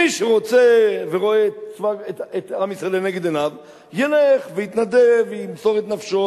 מי שרוצה ורואה את עם ישראל לנגד עיניו ילך ויתנדב וימסור את נפשו.